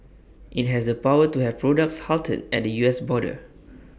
IT has the power to have products halted at the U S border